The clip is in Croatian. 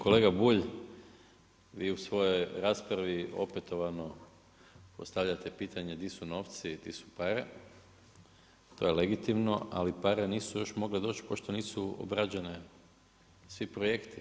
Kolega Bulj, vi u svojoj raspravi opetovano postavljate pitanja di su novci, di su pare, to je legitimno, ali pare nisu još mogle doći pošto nisu obrađeni svi projekti.